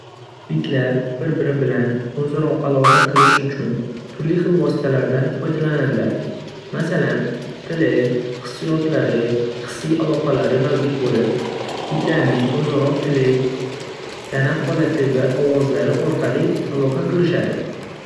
Itlar bir-biri bilan o'zaro aloqa qilish uchun turli xil vositalardan foydalanadilar: Masalan tili, hissiyotlari, hissiy aloqalari mavjud bo'lib, itlarning o'zaro tili, tana holati va ovozlari orqali aloqa qilishadi.